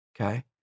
okay